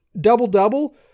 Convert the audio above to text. double-double